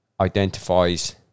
identifies